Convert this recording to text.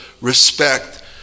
respect